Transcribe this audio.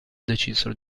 decisero